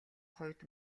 хувьд